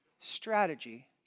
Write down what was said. strategy